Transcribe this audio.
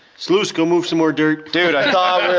sluice, go move some more dirt. dude, i thought